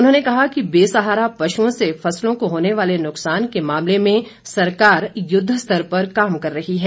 उन्होंने कहा कि बेसहारा पशुओं से फसलों को होने वाले नुकसान के मामले में सरकार युद्ध स्तर पर काम कर रही है